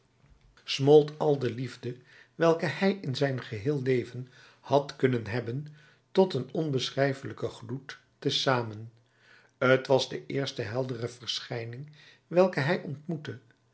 smolt al de liefde welke hij in zijn geheel leven had kunnen hebben tot een onbeschrijfelijken gloed te zamen t was de eerste heldere verschijning welke hij ontmoette